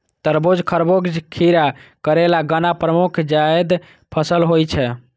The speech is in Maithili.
तरबूज, खरबूजा, खीरा, करेला, गन्ना प्रमुख जायद फसल होइ छै